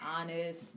honest